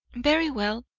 very well,